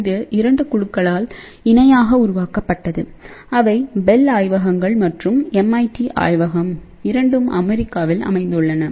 இது 2 குழுக்களால் இணையாக உருவாக்கப்பட்டதுஅவை பெல் ஆய்வகங்கள் மற்றும் எம்ஐடி ஆய்வகம் இரண்டும் அமெரிக்காவில் அமைந்திருக்கின்றன